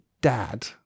dad